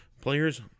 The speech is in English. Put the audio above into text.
Players